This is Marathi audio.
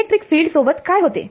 इलेक्ट्रिक फील्ड सोबत काय होते